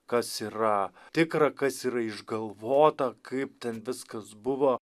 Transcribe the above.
kas yra tikra kas yra išgalvota kaip ten viskas buvo